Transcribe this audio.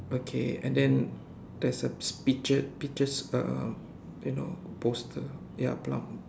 okay and then there's a pea~ peaches uh eh no poster ya plum